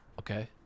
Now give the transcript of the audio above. Okay